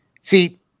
see